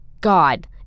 God